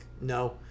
no